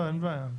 אין בעיה.